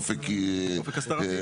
אופק אסדרתי.